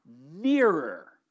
nearer